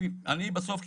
בסוף,